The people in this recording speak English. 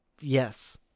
Yes